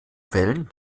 wellen